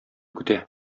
көтә